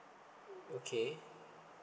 okay